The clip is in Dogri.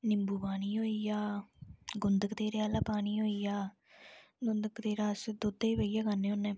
निबूं पानी होई गेआ गुंदकतीरे आहला पानी होई गेआ गूंद कतीरा अस दुद्धै च पाइयै खन्ने होन्ने